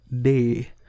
day